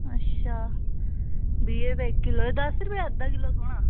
अच्छा बीऽ दा इक किल्लो दस रपेऽ दा अद्धा किल्लो थोह्ना